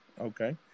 okay